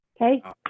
Okay